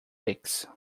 leaks